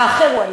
"האחר הוא אני".